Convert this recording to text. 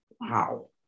Wow